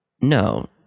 no